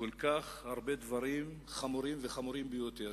כל כך הרבה דברים חמורים וחמורים ביותר.